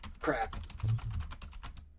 crap